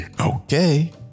Okay